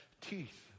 teeth